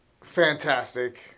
fantastic